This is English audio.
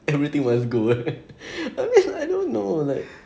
everything must go right I mean I don't know like